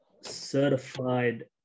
certified